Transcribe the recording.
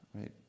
Right